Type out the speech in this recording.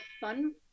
fun